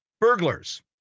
Burglars